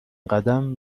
قدم